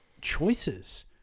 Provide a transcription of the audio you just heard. choices